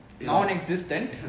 non-existent